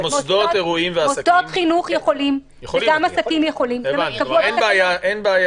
מוסדות חינוך יכולים וגם עסקים יכולים וגם אירועים.